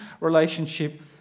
relationship